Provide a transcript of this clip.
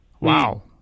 wow